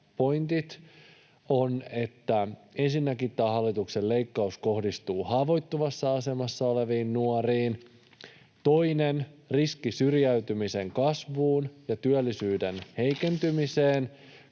pointit ovat: Ensinnäkin tämä hallituksen leikkaus kohdistuu haavoittuvassa asemassa oleviin nuoriin. Toisena on riski syrjäytymisen kasvuun ja työllisyyden heikentymiseen.